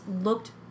looked